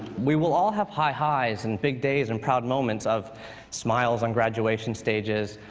we will all have high highs and big days and proud moments of smiles on graduation stages,